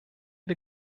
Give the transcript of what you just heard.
der